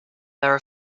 their